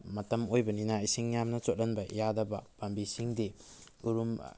ꯃꯇꯝ ꯑꯣꯏꯕꯅꯤꯅ ꯏꯁꯤꯡ ꯌꯥꯝꯅ ꯆꯣꯠꯍꯟꯕ ꯌꯥꯗꯕ ꯄꯥꯝꯕꯤꯁꯤꯡꯗꯤ ꯎꯔꯨꯝ